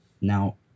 Now